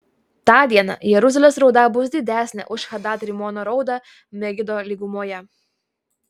tą dieną jeruzalės rauda bus didesnė už hadad rimono raudą megido lygumoje